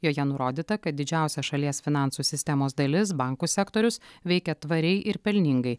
joje nurodyta kad didžiausia šalies finansų sistemos dalis bankų sektorius veikia tvariai ir pelningai